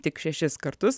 tik šešis kartus